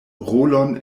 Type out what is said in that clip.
rolon